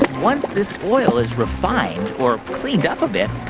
once this oil is refined or cleaned up a bit,